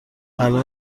معلوم